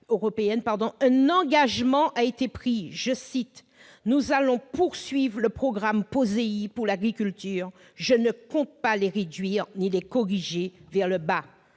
un engagement a été pris :« Nous allons poursuivre les programmes POSEI pour l'agriculture- je ne compte pas les réduire et les corriger vers le bas. »